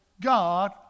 God